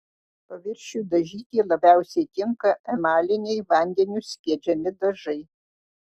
paviršiui dažyti labiausiai tinka emaliniai vandeniu skiedžiami dažai